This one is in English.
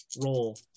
roll